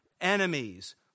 enemies